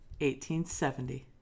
1870